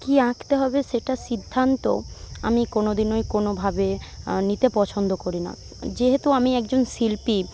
কি আঁকতে হবে সেটা সিদ্ধান্ত আমি কোনোদিনই কোনভাবে নিতে পছন্দ করি না যেহেতু আমি একজন শিল্পী